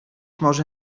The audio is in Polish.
może